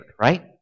Right